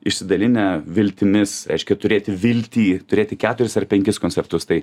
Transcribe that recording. išsidalinę viltimis reiškia turėti viltį turėti keturis ar penkis koncertus tai